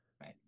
right